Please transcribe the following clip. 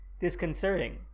disconcerting